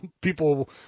people